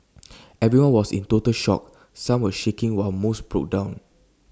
everyone was in total shock some were shaking while most broke down